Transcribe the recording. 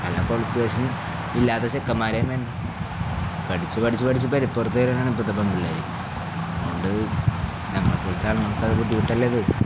എല്ലാം കോക്ളിഫിക്കേഷൻ ഇല്ലാത്ത ചെക്കമാരേന്ന്ന്നെ പഠച്ച് പഠച്ച് പഠിച്ച് പരിപ്പൊറത്തരാണ് ഇപ്പത്തെ പണ്ടില്ല അതുകൊണ്ട് ഞങ്ങളെ കുടുത്താള നമക്കത് ബുദ്ധിമുട്ടല്ലത്